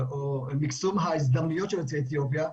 או מקסום ההזדמנויות של יוצאי אתיופיה,